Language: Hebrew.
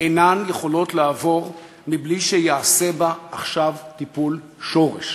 אינן יכולות לעבור בלי שייעשה בה עכשיו טיפול שורש,